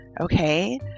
okay